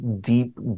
deep